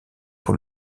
pour